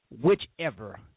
whichever